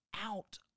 out